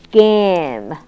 game